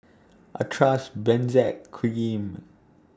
I Trust Benzac Cream